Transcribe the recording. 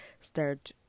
start